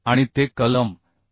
आणि ते कलम 8